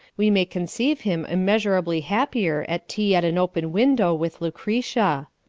we may conceive him immeasurably happier at tea at an open window with lucretia.